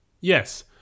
Yes